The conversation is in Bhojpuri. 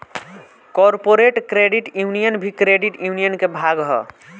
कॉरपोरेट क्रेडिट यूनियन भी क्रेडिट यूनियन के भाग ह